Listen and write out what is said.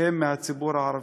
הם מהציבור הערבי.